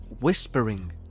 whispering